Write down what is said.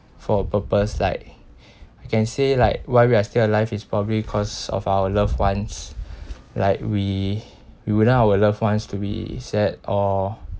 for a purpose like you can say like why we are still alive it's probably cause of our loved ones like we we wouldn't want our loved ones to be sad or